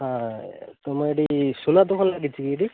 ହଏ ତୁମେ ଏଇଠି ସୁନା ଦୋକାନ ଲାଗିଛି କି ଏଇଠି